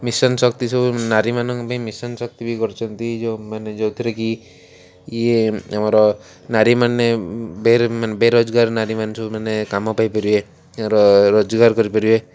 mission Shakti ସବୁ ନାରୀମାନଙ୍କ ପାଇଁ ମିଶନ୍ ଶକ୍ତି ବି କରିଛନ୍ତି ଯୋଉ ମାନେ ଯୋଉଥିରେ କି ଇଏ ଆମର ନାରୀମାନେ ବେରୋଜଗାର ନାରୀମାନେ ସବୁ ମାନେ କାମ ପାଇପାରିବେ ରୋଜଗାର କରିପାରିବେ